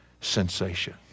sensation